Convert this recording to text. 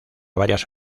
varias